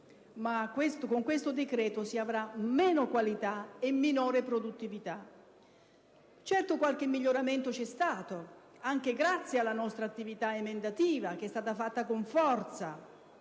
ma con questo decreto si avrà meno qualità e minore produttività. Certo, qualche miglioramento c'è stato, anche grazie alla nostra attività emendativa che è stata portata avanti con forza.